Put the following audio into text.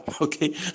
okay